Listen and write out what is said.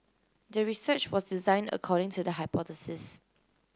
the research was designed according to the hypothesis